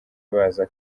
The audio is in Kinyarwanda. baza